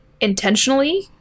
intentionally